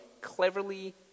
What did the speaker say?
cleverly